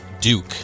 Duke